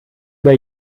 über